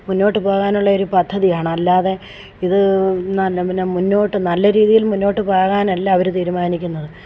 മുന്നോട്ട് പോകാനുള്ള ഒരു പദ്ധതിയാണ് അല്ലാതെ ഇത് നല്ല പിന്നെ മുന്നോട്ട് നല്ല രീതിയിൽ മുന്നോട്ട് പോകാനല്ല അവർ തീരുമാനിക്കുന്നത്